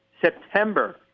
September